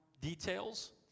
details